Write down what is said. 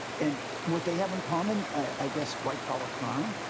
and what they have in common, i guess, white-collar crime,